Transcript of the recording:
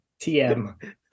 tm